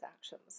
actions